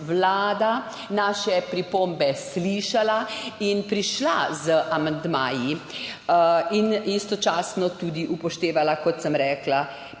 Vlada naše pripombe slišala in prišla z amandmaji. In istočasno tudi upoštevala, kot sem rekla,